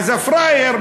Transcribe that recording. אז הפראייר,